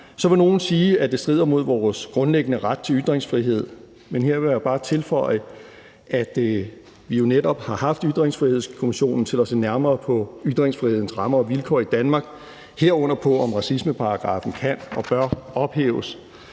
Så vil nogen sige, at det strider mod vores grundlæggende ret til ytringsfrihed, men her vil jeg bare tilføje, at vi jo netop har haft Ytringsfrihedskommissionen til at se nærmere på ytringsfrihedens rammer og vilkår i Danmark, herunder på, om racismeparagraffen kan og bør ophæves.